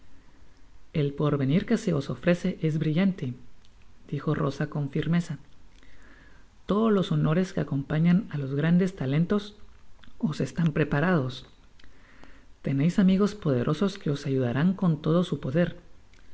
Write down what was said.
el porvenir que se os ofrece es brillante dijo rosa con firmeza todos los honores que acompañan á los grandes talentos os están preparados teneis amigos poderosos que os ayudarán con todo su poder